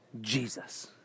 Jesus